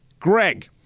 Greg